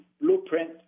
blueprint